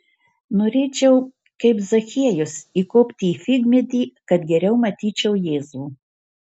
norėčiau kaip zachiejus įkopti į figmedį kad geriau matyčiau jėzų